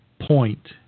point